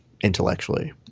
intellectually